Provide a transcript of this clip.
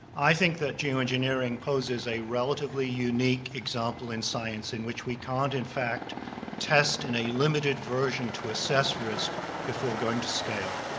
i think that geo-engineering poses a relatively unique example in science in which we can't in fact test in a limited version to assess risk before going to scale.